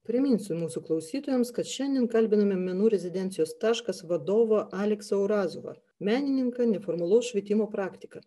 priminsiu mūsų klausytojams kad šiandien kalbiname menų rezidencijos taškas vadovą aleksą urazovą menininką neformalaus švietimo praktiką